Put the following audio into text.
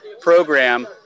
program